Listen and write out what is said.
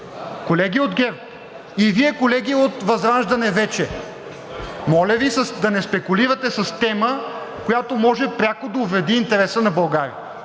Колеги от ГЕРБ, и Вие колеги от ВЪЗРАЖДАНЕ вече, моля Ви да не спекулирате с тема, която може пряко да увреди интереса на България.